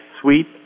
suite